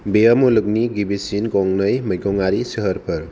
बेयो मुलुगनि गिबिसिन गंनै मैगंआरि सोहोरफोर